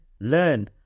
learn